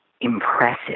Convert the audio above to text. impressive